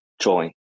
join